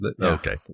Okay